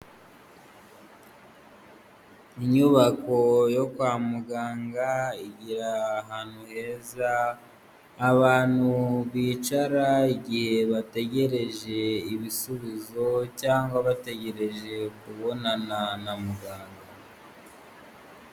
Inyubako yo kwa muganga igira ahantu heza, abantu bicara igihe bategereje ibisubizo cyangwa bategereje kubonana na muganga.